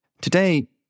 today